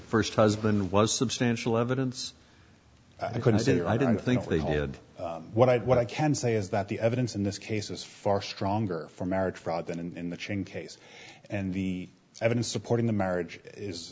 the st husband was substantial evidence i couldn't say or i don't think they did what i did what i can say is that the evidence in this case is far stronger for marriage fraud than in the chain case and the evidence supporting the marriage is